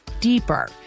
deeper